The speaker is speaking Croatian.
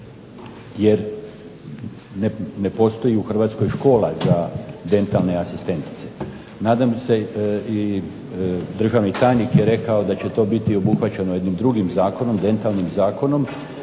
jer ne postoji u Hrvatskoj škola za dentalne asistentice. Nadam se i državni tajnik je rekao da će to biti obuhvaćeno jednim drugim zakonom, dentalnim zakonom.